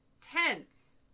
tense